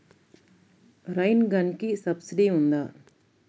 Rain గన్కి subsidy ఉందా?